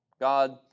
God